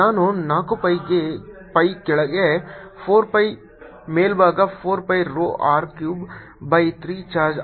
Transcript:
ನಾನು 4 pi ಕೆಳಗೆ 4 pi ಮೇಲ್ಭಾಗ 4 pi rho R cube by 3 charge